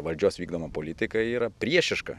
valdžios vykdoma politika yra priešiška